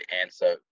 answer